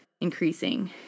increasing